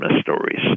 stories